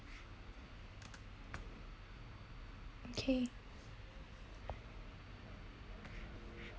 okay